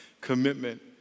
commitment